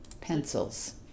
Pencils